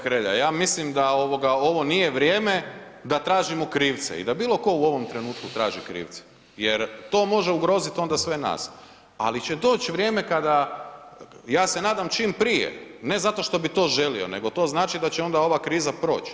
Ja mislim da ovo nije vrijeme da tražimo krivce i da bilo ko u ovom trenutku traži krivce jer to može ugrozit onda sve nas, ali će doć vrijeme kada, ja se nadam čim prije, ne zato što bi to želio nego to znači da će onda ova kriza proć.